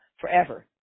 forever